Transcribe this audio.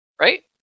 Right